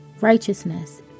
righteousness